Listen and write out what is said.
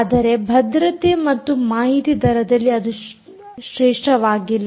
ಆದರೆ ಭದ್ರತೆ ಮತ್ತು ಮಾಹಿತಿ ದರದಲ್ಲಿ ನಿಜವಾಗಿ ಅದು ಶ್ರೇಷ್ಟವಾಗಿಲ್ಲ